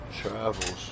Travels